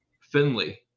Finley